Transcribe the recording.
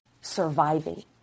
surviving